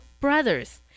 brothers